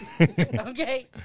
Okay